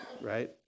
right